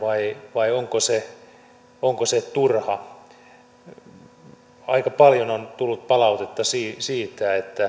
vai onko se onko se turha aika paljon on tullut palautetta siitä